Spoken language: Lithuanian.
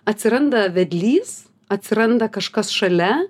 atsiranda vedlys atsiranda kažkas šalia